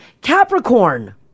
Capricorn